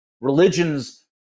Religions